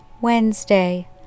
Wednesday